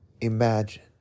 imagine